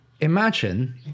Imagine